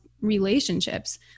relationships